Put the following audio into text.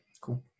Cool